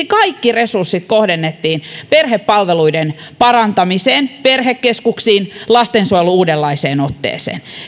kaikki resurssit kohdennettiin perhepalveluiden parantamiseen perhekeskuksiin lastensuojelun uudenlaiseen otteeseen